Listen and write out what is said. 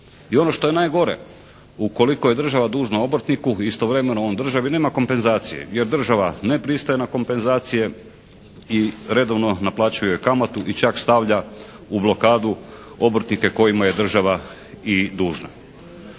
I ono što je najgore, ukoliko je država dužna obrtniku, istovremeno on državi nema kompenzacije, jer država ne pristaje na kompenzacije i redovno naplaćuje kamatu i čak stavlja u blokadu obrtnike kojima je država i dužna.